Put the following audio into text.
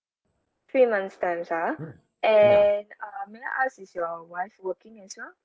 three months times ah and uh may I ask is your wife working as well